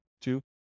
Two